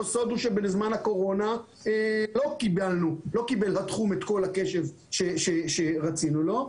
לא סוד שבזמן הקורונה התחום לא קיבל את כל הקשב שרצינו לו.